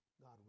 God